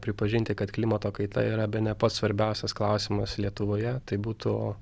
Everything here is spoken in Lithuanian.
pripažinti kad klimato kaita yra bene pats svarbiausias klausimas lietuvoje tai būtų